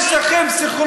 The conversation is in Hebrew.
יש לכם תחושה של מיעוט,